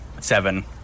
seven